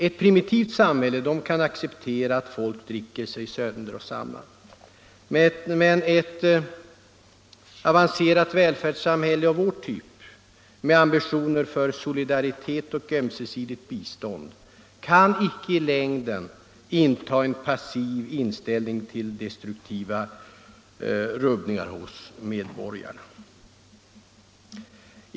Ett primitivt samhälle kan acceptera att folk dricker sig sönder och samman. Men ett avancerat välfärdssamhälle av vår typ med ambitioner för solidaritet och ömsesidigt bistånd kan icke i längden inta en passiv inställning till destruktiva rubbningar hos medborgarna.